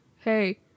hey